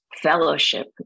Fellowship